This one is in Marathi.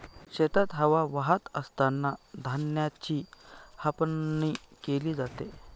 शेतात हवा वाहत असतांना धान्याची उफणणी केली जाते